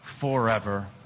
forever